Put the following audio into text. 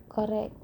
correct